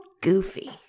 goofy